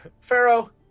Pharaoh